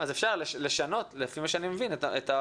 לפי מה שאני מבין אפשר לשנות את התפיסה